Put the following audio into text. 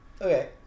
Okay